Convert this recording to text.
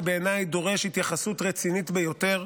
ובעיניי דורש התייחסות רצינית ביותר,